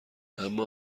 اما